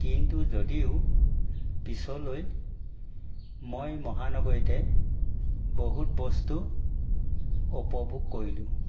কিন্তু যদিও পিছলৈ মই মহানগৰীতে বহুত বস্তু উপভোগ কৰিলোঁ